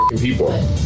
people